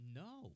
no